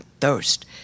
thirst